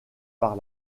par